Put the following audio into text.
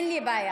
אין לי בעיה,